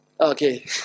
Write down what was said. Okay